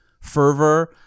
fervor